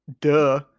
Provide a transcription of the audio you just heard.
Duh